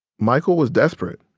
michael was desperate.